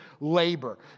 labor